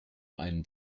einen